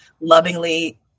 lovingly